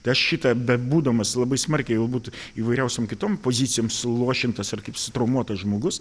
tai aš šitą bet būdamas labai smarkiai galbūt įvairiausiom kitom pozicijom suluošintas ar kaip sutraumuotas žmogus